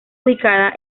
ubicada